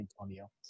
antonio